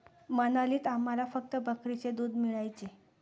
मनालीत आम्हाला फक्त बकरीचे दूध मिळायचे